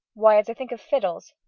why, as i think of fiddles,